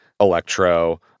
Electro